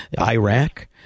iraq